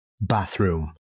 Bathroom